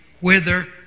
whither